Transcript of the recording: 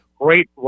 great